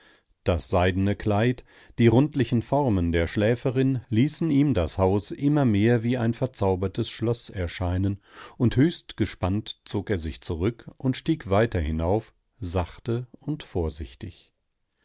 das seidene kleid die rundlichen formen der schläferin ließen ihm das haus immer mehr wie ein verzaubertes schloß erscheinen und höchst gespannt zog er sich zurück und stieg weiter hinauf sachte und vorsichtig